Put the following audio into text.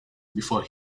before